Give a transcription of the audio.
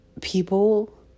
people